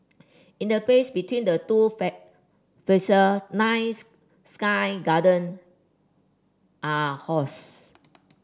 in the space between the two nine sky garden are housed